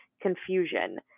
confusion